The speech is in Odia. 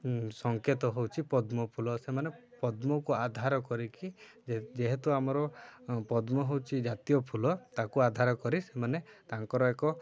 ସଙ୍କେତ ହେଉଛି ପଦ୍ମ ଫୁଲ ସେମାନେ ପଦ୍ମକୁ ଆଧାର କରିକି ଯେହେତୁ ଆମର ପଦ୍ମ ହେଉଛି ଜାତୀୟ ଫୁଲ ତାକୁ ଆଧାର କରି ସେମାନେ ତାଙ୍କର ଏକ